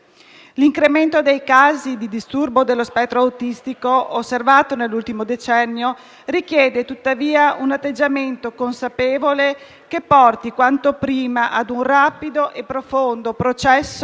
L'incremento dei casi di disturbo dello spettro autistico osservato nell'ultimo decennio richiede tuttavia un atteggiamento consapevole che porti quanto prima a un rapido e profondo processo